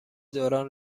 دوران